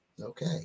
Okay